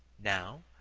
now,